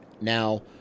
Now